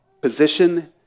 position